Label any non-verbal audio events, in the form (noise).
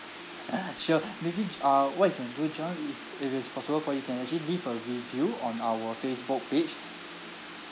(laughs) sure maybe j~ uh what you can do john if if it's possible for you you can actually leave a review on our Facebook page